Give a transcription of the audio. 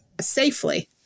safely